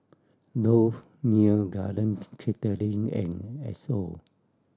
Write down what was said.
Dove Neo Garden Catering and Asos